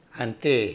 ante